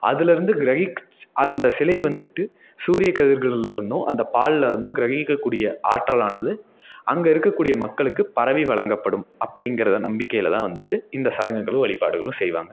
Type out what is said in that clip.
அதுலருந்து கிரஹிக் அந்த சிலை வந்துவிட்டு சூரிய கதிர்கள்ல இருந்தும் அந்த பாலில் இருந்தும் கிரஹிக்க கூடிய ஆற்றலானது அங்கே இருக்கக்கூடிய மக்களுக்கு பரவி வழங்கப்படும் அப்படிங்கிற நம்பிக்கையில தான் வந்துவிட்டு இந்த சடங்குகளும் வழிபாடுகளும் செய்வாங்க